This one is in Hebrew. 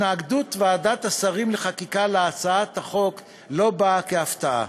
התנגדות ועדת השרים לחקיקה להצעת החוק לא באה כהפתעה,